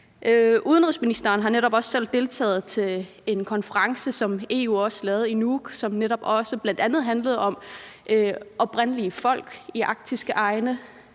Udenrigsministeren har også netop selv deltaget i en konference, som EU lavede i Nuuk, og som netop bl.a. handlede om oprindelige folk i arktiske egne.